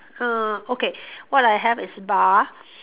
err okay what I have is bar